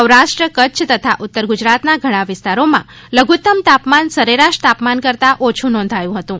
સૌરાષ્ટ્ર કચ્છ તથા ઉત્તર ગુજરાતના ધણાં વિસ્તારોમાં લધુત્તમ તાપમાન સરેરાશ તાપમાન કરતા ઓછું નોંધાયું હતું